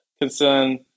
concern